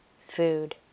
food